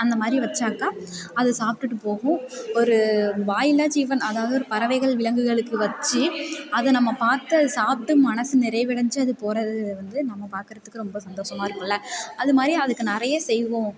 அந்த மாதிரி வைச்சாக்கா அது சாப்பிட்டுப் போகும் ஒரு வாயில்லாத ஜீவன் அதாவது ஒரு பறவைகள் விலங்குகளுக்கு வச்சு அதை நம்ம பார்த்து அது சாப்பிட்டு மனசு நிறைவடைஞ்சு அது போவது வந்து நம்ம பார்க்குறதுக்கு ரொம்ப சந்தோஷமாக இருக்குமெல அது மாதிரி அதுக்கு நிறைய செய்வோம்